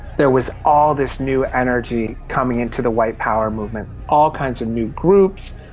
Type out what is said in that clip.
there was all this new energy coming into the white power movement, all kinds of new groups,